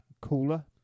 cooler